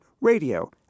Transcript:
radio